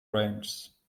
ranges